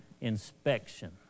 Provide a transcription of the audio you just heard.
inspection